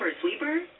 sweeper